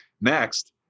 next